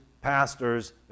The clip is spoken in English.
pastors